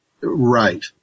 Right